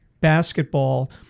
basketball